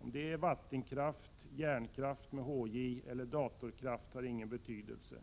Om det är vattenkraft, ”hjärnkraft” eller datorkraft har ingen betydelse.